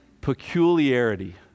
peculiarity